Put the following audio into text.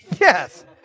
Yes